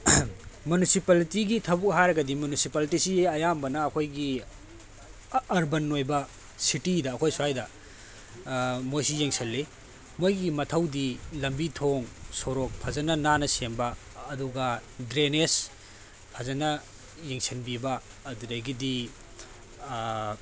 ꯃ꯭ꯌꯨꯅꯤꯁꯤꯄꯥꯜꯂꯤꯇꯤꯒꯤ ꯊꯕꯛ ꯍꯥꯏꯔꯒꯗꯤ ꯃ꯭ꯌꯨꯅꯤꯁꯤꯄꯥꯜꯂꯤꯇꯤꯁꯤ ꯑꯌꯥꯝꯕꯅ ꯑꯩꯈꯣꯏꯒꯤ ꯑꯔꯕꯥꯟ ꯑꯣꯏꯕ ꯁꯤꯇꯤꯗ ꯑꯩꯈꯣꯏ ꯁ꯭ꯋꯥꯏꯗ ꯃꯣꯏꯁꯦ ꯌꯦꯡꯁꯤꯜꯂꯤ ꯃꯣꯏꯒꯤ ꯃꯊꯧꯗꯤ ꯂꯝꯕꯤ ꯊꯣꯡ ꯁꯣꯔꯣꯛ ꯐꯖꯅ ꯅꯥꯟꯅ ꯁꯦꯝꯕ ꯑꯗꯨꯒ ꯗ꯭ꯔꯦꯟꯅꯦꯖ ꯐꯖꯅ ꯌꯦꯡꯁꯤꯟꯕꯤꯕ ꯑꯗꯨꯗꯒꯤꯗꯤ